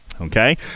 Okay